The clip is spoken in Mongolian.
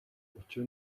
учир